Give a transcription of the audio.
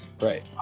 Right